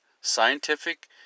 scientific